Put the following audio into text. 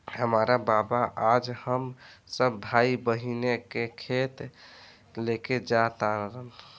हामार बाबा आज हम सब भाई बहिन के खेत लेके जा तारन